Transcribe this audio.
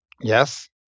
yes